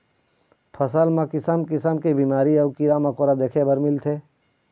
फसल म किसम किसम के बिमारी अउ कीरा मकोरा देखे बर मिलथे